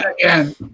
Again